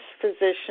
physician